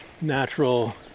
natural